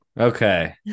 Okay